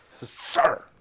Sir